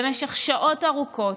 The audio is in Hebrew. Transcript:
במשך שעות ארוכות,